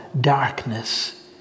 darkness